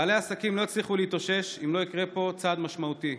בעלי העסקים לא יצליחו להתאושש אם לא יקרה פה צעד משמעותי.